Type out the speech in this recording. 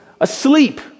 asleep